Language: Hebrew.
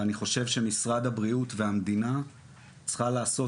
ואני חושב שמשרד הבריאות והמדינה צריכה לעשות